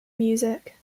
music